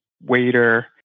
waiter